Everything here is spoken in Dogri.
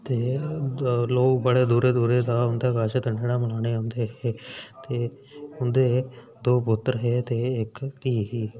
ते लोक बड़े दूरे दूरे दा हुंदे कश धनेड़ा मलाने औंदे हे ते उं'दे दो पुत्तर हे ते इक धीऽ ही